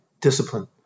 discipline